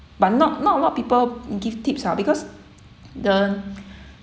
but not not a lot of people give tips ah because the